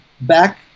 back